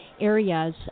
areas